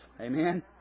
Amen